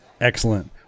excellent